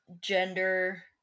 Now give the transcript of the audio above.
gender